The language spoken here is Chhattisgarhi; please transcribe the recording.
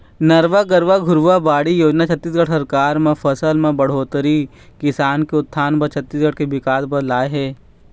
नरूवा, गरूवा, घुरूवा, बाड़ी योजना छत्तीसगढ़ सरकार फसल म बड़होत्तरी, किसान के उत्थान बर, छत्तीसगढ़ के बिकास बर लाए हे